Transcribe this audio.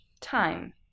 Time